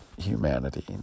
humanity